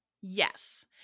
yes